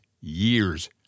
years